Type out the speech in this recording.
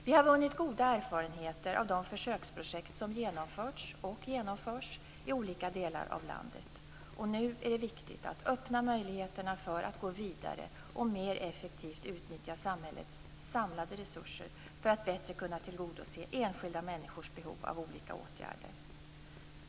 Vi har vunnit goda erfarenheter av de försöksprojekt som har genomförts och genomförs i olika delar av landet. Nu är det viktigt att öppna möjligheterna att gå vidare och mer effektivt utnyttja samhällets samlade resurser för att bättre kunna tillgodose enskilda människors behov av olika åtgärder.